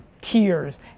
tears